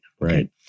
right